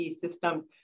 systems